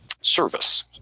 service